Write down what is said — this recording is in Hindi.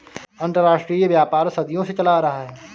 अंतरराष्ट्रीय व्यापार सदियों से चला आ रहा है